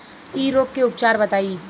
इ रोग के उपचार बताई?